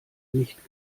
nicht